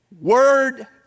word